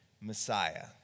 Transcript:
Messiah